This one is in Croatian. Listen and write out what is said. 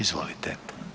Izvolite.